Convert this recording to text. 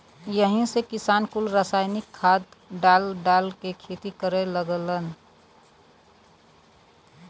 यही से किसान कुल रासायनिक खाद डाल डाल के खेती करे लगलन